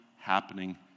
happening